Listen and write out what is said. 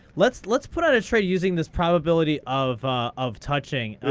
let's let's put out a trade using this probability of of touching.